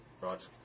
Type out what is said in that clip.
Right